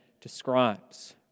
describes